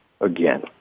again